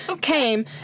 came